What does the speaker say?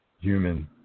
human